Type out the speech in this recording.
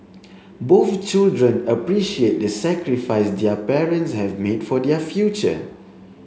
both children appreciate the sacrifice their parents have made for their future